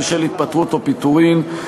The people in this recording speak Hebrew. בשל התפטרות או פיטורין.